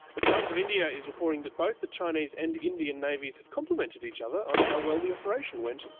the times of india is reporting that both the chinese and indian navies have complemented each other on how well the operation went.